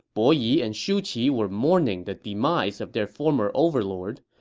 bo yi and shu qi were mourning the demise of their former overlord.